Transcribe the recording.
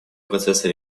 процесса